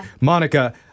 monica